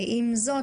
עם זאת,